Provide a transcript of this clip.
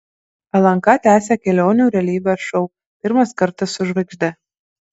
lnk tęsia kelionių realybės šou pirmas kartas su žvaigžde